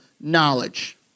knowledge